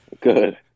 good